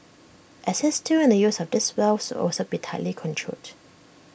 access to and the use of these wells will also be tightly controlled